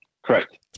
Correct